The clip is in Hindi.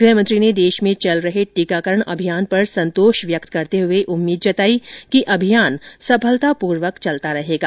गृह मंत्री ने देश में चल रहे टीकाकरण अभियान पर संतोष व्यक्त करते हुए उम्मीद जताई कि अभियान सफलतापूर्वक चलता रहेगा